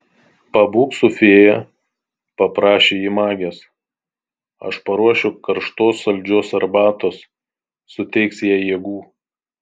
pabūk su fėja paprašė ji magės aš paruošiu karštos saldžios arbatos suteiks jai jėgų